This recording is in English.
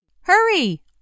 Hurry